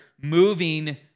moving